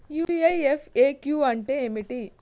UPI FAQ అంటే ఏమిటి?